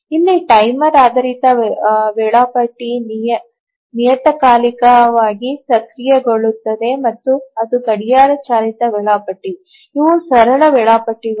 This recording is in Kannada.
ಇಲ್ಲಿ ಟೈಮರ್ ಆಧರಿಸಿ ವೇಳಾಪಟ್ಟಿ ನಿಯತಕಾಲಿಕವಾಗಿ ಸಕ್ರಿಯಗೊಳ್ಳುತ್ತದೆ ಮತ್ತು ಅದು ಗಡಿಯಾರ ಚಾಲಿತ ವೇಳಾಪಟ್ಟಿ ಇವು ಸರಳ ವೇಳಾಪಟ್ಟಿಗಳು